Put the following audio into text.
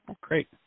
Great